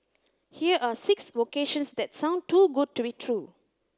here are six vocations that sound too good to be true